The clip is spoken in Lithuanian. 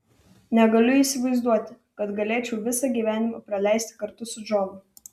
negaliu įsivaizduoti kad galėčiau visą gyvenimą praleisti kartu su džonu